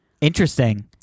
Interesting